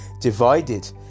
divided